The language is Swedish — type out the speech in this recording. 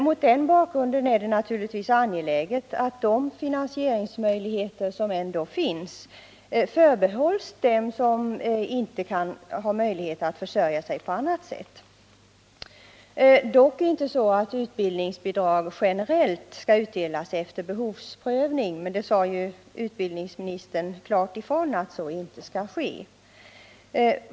Mot den bakgrunden är det givetvis angeläget att de finansieringsmöjligheter som ändå finns verkligen förbehålls dem som inte har möjlighet att försörja sig på annat sätt — dock inte så att utbildningsbidrag generellt skall utdelas efter behovsprövning. Men utbildningsministern sade ju klart ifrån att så inte skall ske.